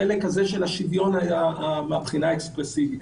החלק הזה של השוויון מהבחינה האקספרסיבית,